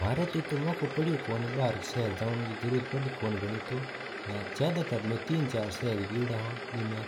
म्हारा तो इत्‍तो मोक्‍को पडयो कोनी इत्‍तो बार शहर जावना रो। ज्यादातर में तीन चार ही शहर गया था। भीमो